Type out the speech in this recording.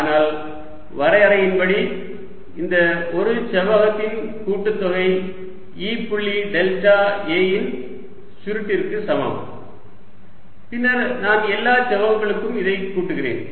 ஆனால் வரையறையின்படி இந்தக் ஒரு செவ்வகத்தின் கூட்டுத்தொகை E புள்ளி டெல்டா A இன் சுருட்டிற்கும் சமம் பின்னர் நான் எல்லா செவ்வகங்களுக்கும் இதை கூட்டுகிறேன்